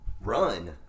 Run